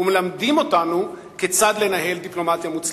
ומלמדים אותנו כיצד לנהל דיפלומטיה מוצלחת.